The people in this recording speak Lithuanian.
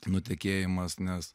nutekėjimas nes